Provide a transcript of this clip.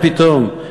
מה פתאום?